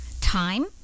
time